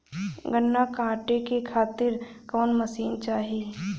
गन्ना कांटेके खातीर कवन मशीन चाही?